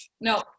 No